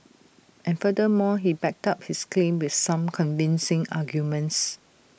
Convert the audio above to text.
and furthermore he backed up his claim with some convincing arguments